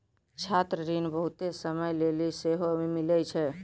छात्र ऋण बहुते समय लेली सेहो मिलै छै